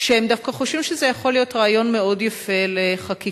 שהם דווקא חושבים שזה יכול להיות רעיון מאוד יפה לחקיקה.